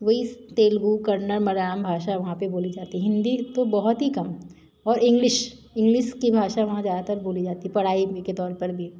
वही स तेलेगु कन्नड़ मलयालम भाषा वहाँ पर बोली जाती है हिन्दी तो बहुत ही कम और इंग्लिस इंग्लिश की भाषा वहाँ ज़्यादातर बोली जाती है पढ़ाई में के तौर पर भी